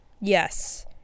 Yes